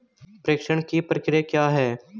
प्रेषण की प्रक्रिया क्या है?